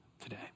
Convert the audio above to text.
today